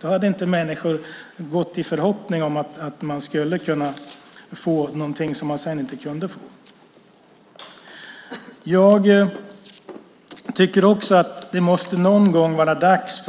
Då hade inte människor gått i förhoppning om att de skulle få något som de sedan inte kunde få. Det måste någon gång vara dags